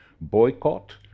Boycott